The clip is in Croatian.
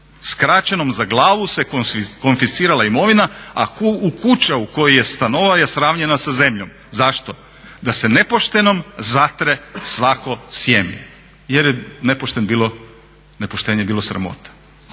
skraćenom za glavu se konfiscirala imovina a kuća u kojoj je stanovao je sravnjena sa zemljom. Zašto? Da se nepoštenom zatre svako sjeme. Jer je nepošteno bilo,